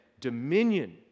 dominion